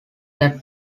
that